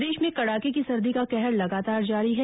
प्रदेश में कड़ाके की सर्दी का कहर लगातार जारी हैं